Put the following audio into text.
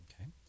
Okay